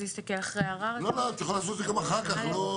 אפשר להסתדר גם בלי שמערכת, נמצא